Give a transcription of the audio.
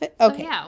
okay